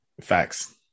Facts